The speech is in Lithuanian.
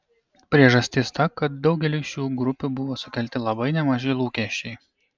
priežastis ta kad daugeliui šių grupių buvo sukelti labai nemaži lūkesčiai